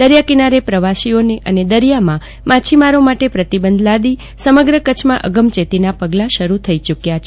દરિયાકિનારે પ્રવાસીઓ અને દરિયામાં માચ્છીમારો માટે પ્રતિબંધ લાદી સમગ્ર કચ્છમાં અગમચેતીના પગલા શરૂ થઈ ચુક્યા છે